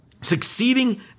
Succeeding